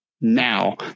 now